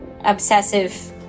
obsessive